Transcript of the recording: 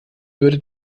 würde